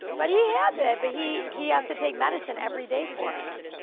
but he has it, but he he has to take medicine every day for it.